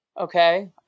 okay